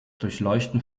durchleuchten